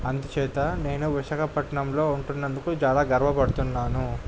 అందుచేత నేను విశాఖపట్నంలో ఉంటున్నందుకు చాలా గర్వపడుతున్నాను